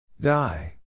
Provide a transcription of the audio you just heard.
Die